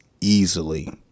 easily